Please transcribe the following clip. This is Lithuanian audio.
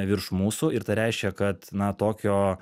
virš mūsų ir tai reiškia kad na tokio